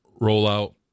rollout